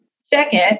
Second